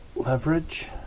Leverage